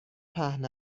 پهن